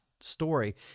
story